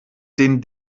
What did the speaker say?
den